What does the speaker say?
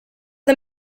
the